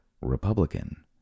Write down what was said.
Republican